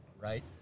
right